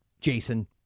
Jason